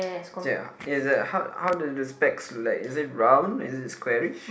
is a how how do the specs look like is it round is it squarish